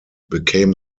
became